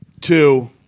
two